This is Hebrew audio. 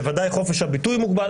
בוודאי חופש הביטוי מוגבל.